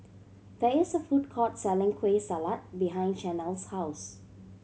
there is a food court selling Kueh Salat behind Shanell's house